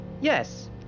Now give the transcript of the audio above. Yes